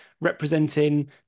representing